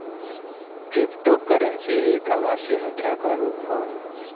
cryptocurrency एक आभासी मुद्रा क रुप हौ